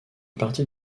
partie